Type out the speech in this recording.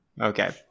Okay